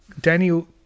Daniel